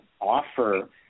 offer